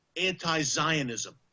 anti-Zionism